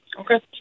Okay